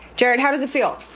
jarrett, how does it feel?